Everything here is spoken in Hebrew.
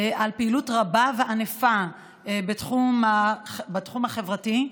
פעילות רבה וענפה בתחום החברתי,